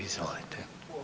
Izvolite.